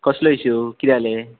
कसलो इशू किदें आलें